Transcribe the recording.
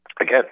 Again